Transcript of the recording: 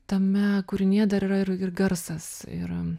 tame kūrinyje dar yra ir ir garsas ir